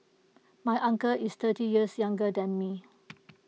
my uncle is thirty years younger than me